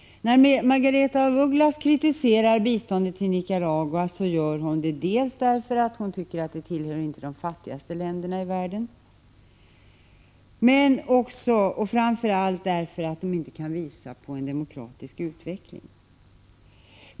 När Margaretha af Ugglas kritiserar biståndet till Nicaragua gör hon det dels därför att hon tycker att det inte tillhör de fattigaste länderna i världen, men dels och framför allt därför att landet inte kan visa på en demokratisk utveckling.